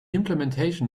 implementation